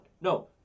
No